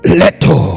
leto